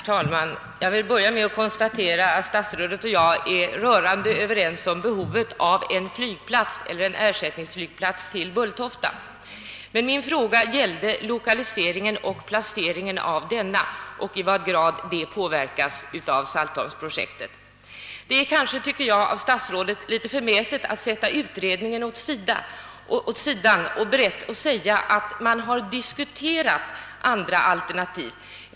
Herr talman! Jag vill börja med att konstatera att statsrådet och jag är rörande överens om behovet av en ersättningsflygplats till Bulltofta. Min fråga gällde emellertid lokaliseringen av denna och i vad mån denna påverkas av saltholmsprojektet. Det är kanske litet förmätet av statsrådet att sätta utredningen åt sidan och förklara att man har diskuterat andra alternativ.